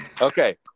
Okay